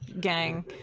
gang